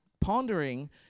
pondering